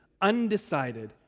undecided